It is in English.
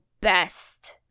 best